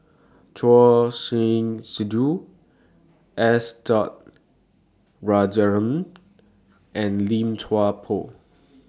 Choor Singh Sidhu S Dot Rajaratnam and Lim Chuan Poh